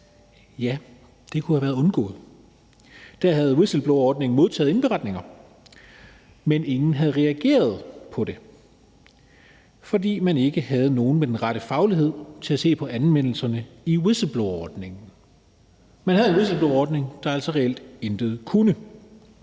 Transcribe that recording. ja, så kunne det have været undgået. Der havde whistleblowerordningen modtaget indberetninger, men ingen havde reageret på det, fordi man ikke havde nogen med den rette faglighed til at se på anmeldelserne i whistleblowerordningen. Man havde en whistleblowerordning, der altså reelt intet kunne.